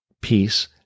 peace